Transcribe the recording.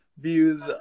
views